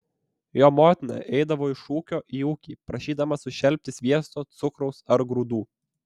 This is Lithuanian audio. jo motina eidavo iš ūkio į ūkį prašydama sušelpti sviesto cukraus ar grūdų